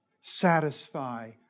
Satisfy